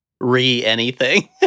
Re-anything